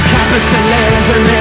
Capitalism